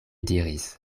diris